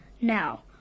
Now